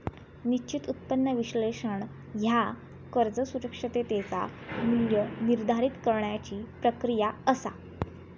निश्चित उत्पन्न विश्लेषण ह्या कर्ज सुरक्षिततेचा मू्ल्य निर्धारित करण्याची प्रक्रिया असा